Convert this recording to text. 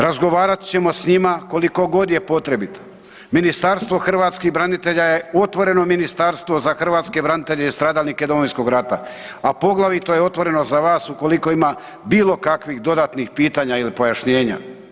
Razrovat ćemo s njima koliko god je potrebito, Ministarstvo hrvatskih branitelja je otvoreno ministarstvo za hrvatske branitelje i stradalnike Domovinskog rata, a poglavito je otvoreno za vas ukoliko ima bilo kakvih dodatnih pitanja ili pojašnjenja.